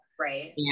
Right